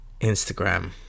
instagram